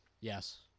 Yes